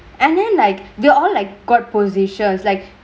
and then like they all like got positions like